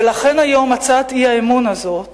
ולכן היום הצעת האי-אמון הזאת